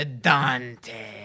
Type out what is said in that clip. Dante